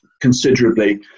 considerably